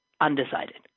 undecided